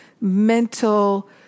mental